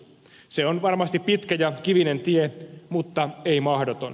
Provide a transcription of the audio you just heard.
se on varmasti pitkä ja kivinen tie mutta ei mahdoton